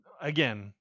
again